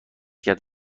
کرد